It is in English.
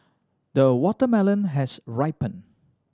the watermelon has ripened